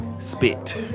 spit